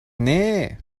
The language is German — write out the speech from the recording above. nee